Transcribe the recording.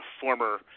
former